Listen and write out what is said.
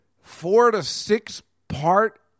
four-to-six-part